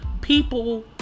people